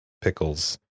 pickles